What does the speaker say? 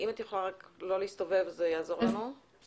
וגם את עמדתכם על זה